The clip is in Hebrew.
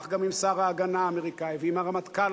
כך גם עם שר ההגנה האמריקני ועם הרמטכ"ל